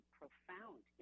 profound